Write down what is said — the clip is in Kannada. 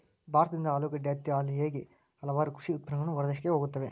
ಭಾರತದಿಂದ ಆಲೂಗಡ್ಡೆ, ಹತ್ತಿ, ಹಾಲು ಹೇಗೆ ಹಲವಾರು ಕೃಷಿ ಉತ್ಪನ್ನಗಳು ಹೊರದೇಶಕ್ಕೆ ಹೋಗುತ್ತವೆ